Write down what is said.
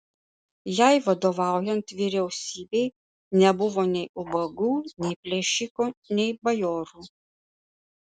jai vadovaujant vyriausybei nebuvo nei ubagų nei plėšikų nei bajorų